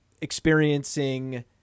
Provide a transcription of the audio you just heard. experiencing